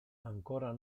ancora